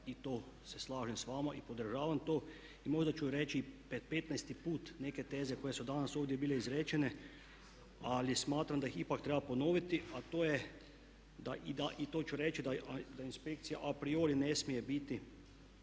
i to se slažem s vama i podržavam to. Možda ću reći petnaesti put neke teze koje su danas ovdje bile izrečene ali smatram da ih ipak treba ponoviti, a to je, i to ću reći da inspekcija a priori ne smije biti